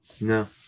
No